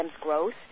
growth